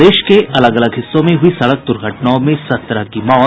प्रदेश के अलग अलग हिस्सों में हुई सड़क दुर्घटनाओं में सत्रह की मौत